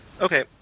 Okay